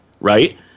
Right